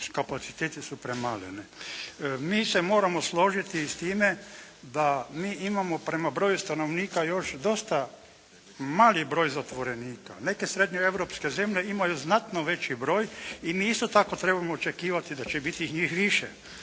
kapaciteti su premali. Mi se moramo složiti i s time da mi imamo prema broju stanovnika još dosta mali broj zatvorenika. Neke srednjo-europske zemlje imaju znatno veći broj i mi isto tako trebamo očekivati da će biti njih više.